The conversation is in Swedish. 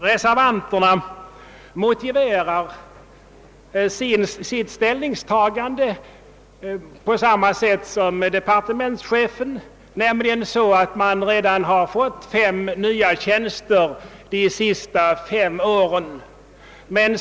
Reservanterna motiverar sitt ställningstagande på samma sätt som departementschefen gör, nämligen med att fem tjänster har tillkommit under de senaste fem åren.